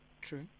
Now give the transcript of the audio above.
True